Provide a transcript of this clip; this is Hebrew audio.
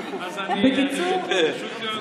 אני פשוט מופתע,